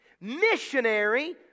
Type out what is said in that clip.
Missionary